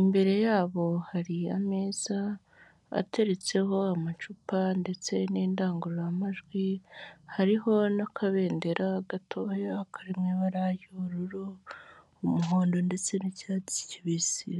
imbere yabo hari ameza ateretseho amacupa ndetse n'indangururamajwi, hariho n'akabendera gatoya kari mu ibara ry'ubururu, umuhondo ndetse n'icyatsi kibisi.